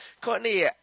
Courtney